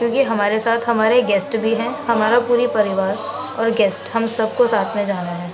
کیونکہ ہمارے ساتھ ہمارے گیسٹ بھی ہیں ہمارا پوری پریوار اور گیسٹ ہم سب کو ساتھ میں جانا ہے